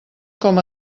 com